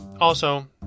Also